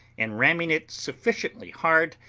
and ramming it sufficiently hard,